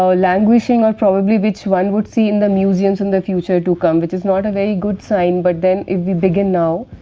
so languishing or probably which one would see in the museums in the future to come, which is not a very good sign. but then, if we begin now,